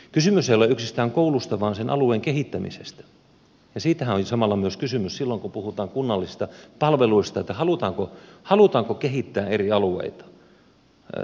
kysymys ei ole yksistään koulusta vaan sen alueen kehittämisestä ja siitähän on samalla kysymys silloin kun puhutaan kunnallisista palveluista että halutaanko kehittää eri alueita